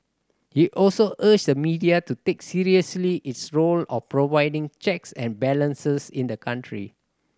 he also urged the media to take seriously its role of providing checks and balances in the country